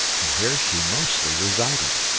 and here she mostly resided.